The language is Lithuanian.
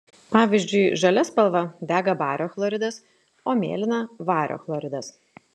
pavyzdžiui žalia spalva dega bario chloridas o mėlyna vario chloridas